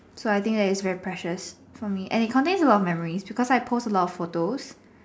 so I think it that is is very precious for me and it contains a lot of memories because I post a lot of photos